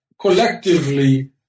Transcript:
collectively